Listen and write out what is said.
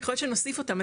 יכול להיות שנוסיף אותם,